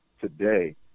today